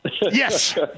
Yes